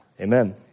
amen